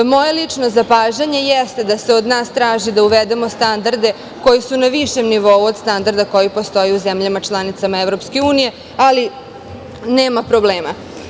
Moje lično zapažanje jeste da se od nas traži da uvedemo standarde koji su na višem nivou od standarda koji postoje u zemljama članicama EU, ali nema problema.